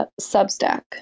Substack